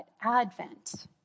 Advent